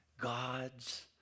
God's